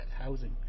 housing